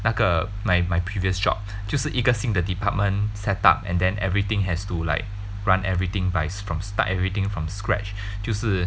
那个 my my previous job 就是一个新 the department set up and then everything has to like run everything by from start everything from scratch 就是